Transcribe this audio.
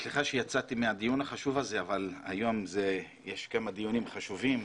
סליחה שיצאתי מהדיון החשוב הזה אבל היום יש כמה דיונים חשובים.